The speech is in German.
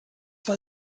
war